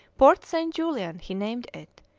port st. julian he named it,